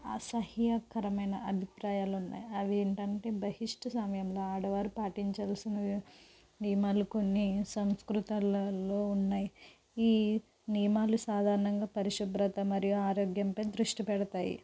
అసహ్యకరమైన అభిప్రాయాలు ఉన్నాయి అవేంటంటే బహిష్టు సమయంలో ఆడవారు పాటించవలసిన నియమాలు కొన్ని సంస్కృతులలో ఉన్నాయి ఈ నియమాలు సాధారణంగా పరిశుభ్రత మరియు ఆరోగ్యంపై దృష్టిపెడతాయి